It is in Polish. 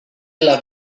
ela